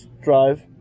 drive